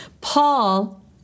Paul